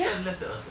ya